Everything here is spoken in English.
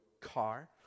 car